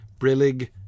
Brillig